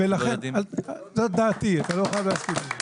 זאת דעתי, אתה לא חייב להסכים.